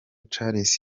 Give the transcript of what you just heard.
charles